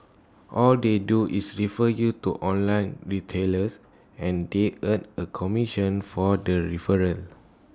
all they do is refer you to online retailers and they earn A commission for that referral